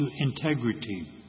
integrity